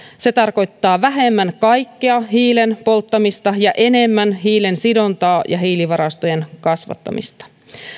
se tarkoittaa vähemmän kaikkea hiilen polttamista ja enemmän hiilen sidontaa ja hiilivarastojen kasvattamista